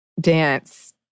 dance